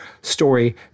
story